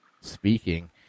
speaking